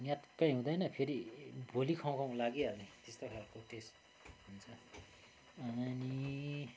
न्याक्कै हुँदैन फेरि भोलि खाऊँ खाऊँ लागिहाल्ने त्यस्तो खालको टेस्ट हुन्छ अनि